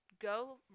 go